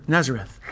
Nazareth